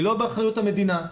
היא לא באחריות המדינה.